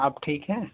آپ ٹھیک ہیں